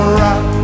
rock